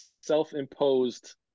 self-imposed